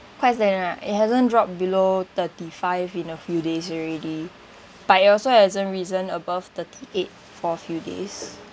quite stagnant ah it hasn't dropped below thirty five in a few days already but it also hasn't risen above thirty eight for few days